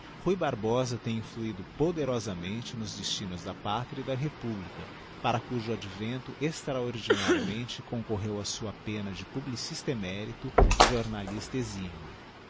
ruy barbosa tem influído poderosamente nos destinos da pátria e da republica para cujo advento extraordinariamente concorreu a sua penna de publicista emérito e jornalista eximio